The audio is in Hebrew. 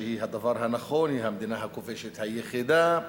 שהיא הדבר הנכון, היא המדינה הכובשת היחידה,